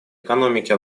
экономики